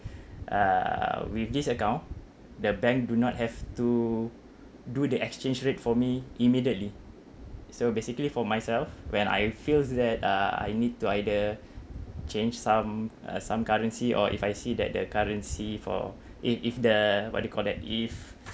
uh with this account the bank do not have to do the exchange rate for me immediately so basically for myself when I feels that uh I need to either change some uh some currency or if I see that the currency for it if the what do you call that if